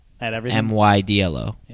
M-Y-D-L-O